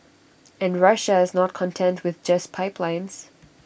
and Russia is not content with just pipelines